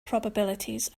probabilities